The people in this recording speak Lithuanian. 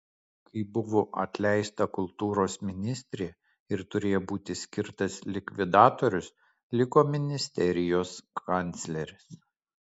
kai buvo atleista kultūros ministrė ir turėjo būti skirtas likvidatorius liko ministerijos kancleris